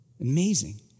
Amazing